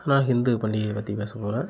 நான் ஹிந்து பண்டிகையை பற்றி பேசப்போகிறேன்